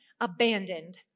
abandoned